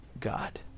God